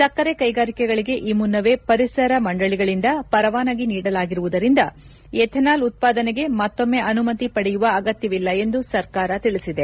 ಸಕ್ಕರೆ ಕೈಗಾರಿಕೆಗಳಗೆ ಈ ಮುನ್ನವೇ ಪರಿಸರ ಮಂಡಳಿಗಳಿಂದ ಪರವಾನಗಿ ನೀಡಲಾಗಿರುವುದರಿಂದ ಎಥನಾಲ್ ಉತ್ಪಾದನೆಗೆ ಮತ್ತೊಮ್ನೆ ಅನುಮತಿ ಪಡೆಯುವ ಅಗತ್ಲವಿಲ್ಲ ಎಂದು ಸರ್ಕಾರ ತಿಳಿಸಿದೆ